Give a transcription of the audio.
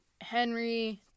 Henry